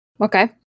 Okay